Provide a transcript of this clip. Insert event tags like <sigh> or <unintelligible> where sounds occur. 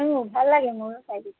ভাল লাগে মোৰ চাই <unintelligible>